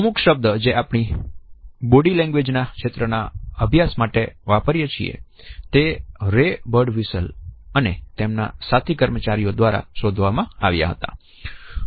અમુક શબ્દ જે આપણે બોડી લેંગ્વેજ ના ક્ષેત્ર ના અભ્યાસ માટે વાપરીએ છીએ તે રે બર્ડવિશલ અને તેમના સાથી કર્મચારીઓ દ્વારા શોધવામાં આવ્યા હતા